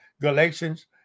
galatians